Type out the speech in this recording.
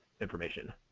information